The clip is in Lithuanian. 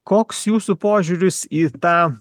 koks jūsų požiūris į tą